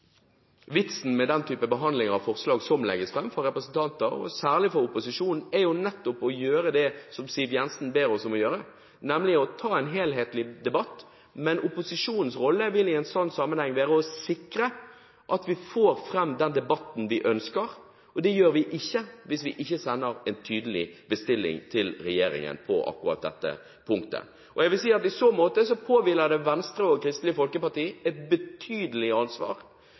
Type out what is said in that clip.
med den type behandling av forslag som legges fram fra representanter, og særlig fra opposisjonen, er nettopp å gjøre det som Siv Jensen ber oss om å gjøre, nemlig å ta en helhetlig debatt, men opposisjonens rolle vil i en sånn sammenheng være å sikre at vi får fram den debatten vi ønsker. Det gjør vi ikke hvis vi ikke sender en tydelig bestilling til regjeringen på akkurat dette punktet. I så måte påhviler det Venstre og Kristelig Folkeparti et betydelig ansvar,